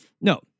No